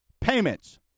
Payments